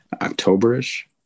October-ish